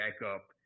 backup